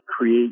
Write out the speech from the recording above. create